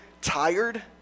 tired